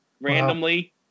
randomly